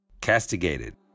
castigated